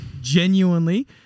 Genuinely